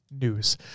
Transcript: news